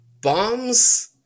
bombs